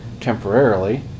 temporarily